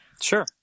Sure